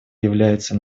является